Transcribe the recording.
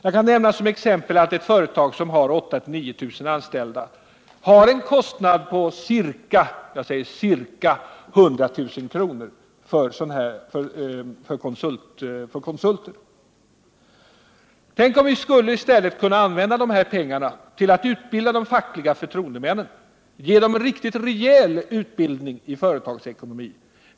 Som exempel kan jag nämna att ett företag med 8 000-9 000 anställda har en kostnad på ca 100 000 kr. för konsulter. Tänk om vi i stället kunde använda dessa pengar till att utbilda de fackliga förtroendemännen, ge dem en riktigt rejäl utbildning i företagsekonomi.